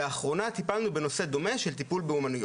לאחרונה טיפלנו בנושא דומה של טיפול באומנויות".